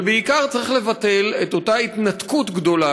ובעיקר צריך לבטל את אותה התנתקות גדולה